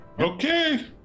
Okay